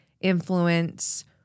influence